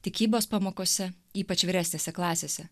tikybos pamokose ypač vyresnėse klasėse